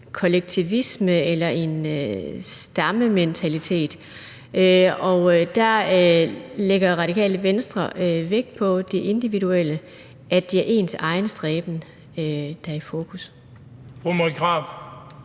kollektivisme eller en stammementalitet. Der lægger Radikale Venstre vægt på det individuelle, at det er ens egen stræben, der er i fokus. Kl.